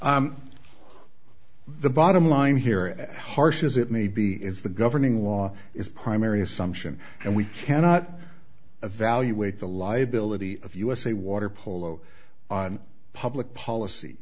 the bottom line here and harsh as it may be is the governing law is primary assumption and we cannot evaluate the liability of usa waterpolo on public policy